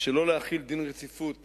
שלא להחיל דין רציפות